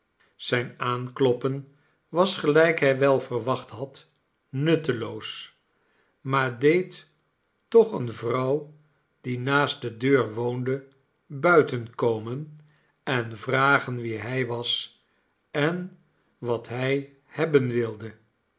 zijn aankloppen was gelijk hij wel verwacht had nutteloos maar deed toch eene vrouw die naast de deur woonde buitenkomen en vragen wie hij was en wat hij hebben wilde